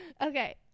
Okay